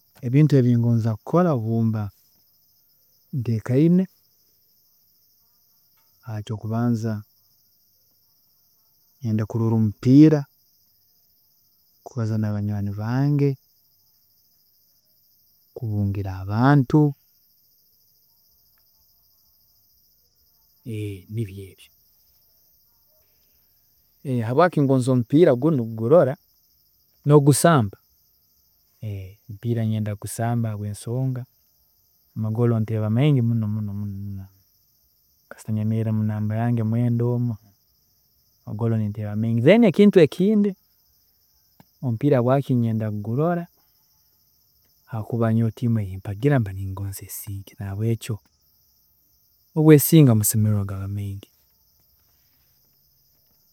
﻿Ebintu ebingoonza kukora obumba ntekeine, ekyokubanza nyenda kurola omupiira, kubaza nabanywaani bange, kubungira abantu, nibyo ebi. Habwaaki ngonza omupiira gunu kugurola, nokugusamba, omupiira nyenda kugusamba habwensonga amagooru nteeba maingi muno muno muno muno, kasita nyemeerra munamba yange mwenda, omu, amagooru ninteeba maingi. Then ekintu ekindi omupiira habwaaki nyenda kugurora hakuba nyowe tiimu eyimpagira mba ningoonza esinge, nahabwekyo obu esinga amasemererwa gaba maingi.